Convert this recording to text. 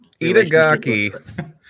Itagaki